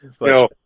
No